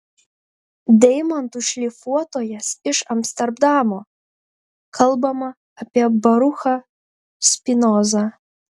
deimantų šlifuotojas iš amsterdamo kalbama apie baruchą spinozą